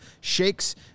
shakes